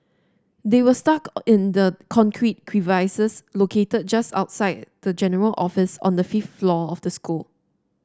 they were stuck in the concrete crevices located just outside the general office on the fifth floor of the school